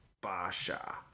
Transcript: Basha